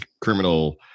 criminal